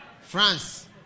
France